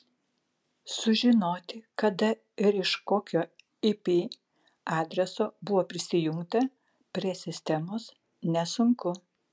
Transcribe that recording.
sužinoti kada ir iš kokio ip adreso buvo prisijungta prie sistemos nesunku